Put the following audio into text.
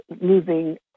moving